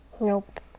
Nope